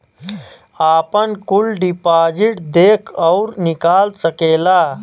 आपन कुल डिपाजिट देख अउर निकाल सकेला